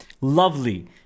lovely